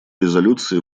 резолюции